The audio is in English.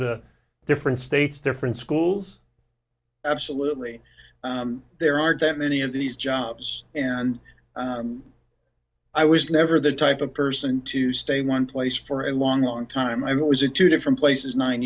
to different states different schools absolutely there aren't that many of these jobs and i was never the type of person to stay in one place for a long long time it was in two different places nine